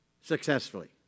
successfully